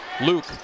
Luke